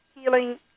healing